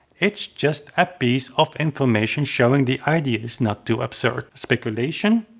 it is just a piece of information showing the idea is not too absurd. speculation?